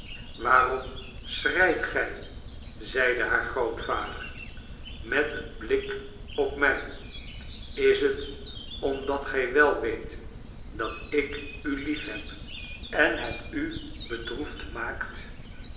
waarom schreit gij zeide haar grootvader met een blik op mij is het omdat gij wel weet dat ik u liefheb en het u bedroefd maakt